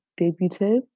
debuted